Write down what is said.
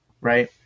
Right